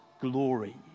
glory